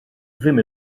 ddim